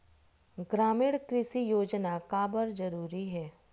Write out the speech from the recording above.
ग्रामीण कृषि योजना काबर जरूरी हे?